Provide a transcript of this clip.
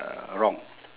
uh wrong